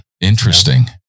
Interesting